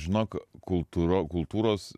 žinok kultūra kultūros